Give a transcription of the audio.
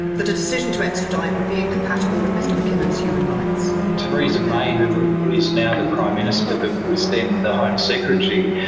but decision to extradite would be incompatible with mr mckinnon's human rights. theresa may, who is now the prime minister but was then the home secretary,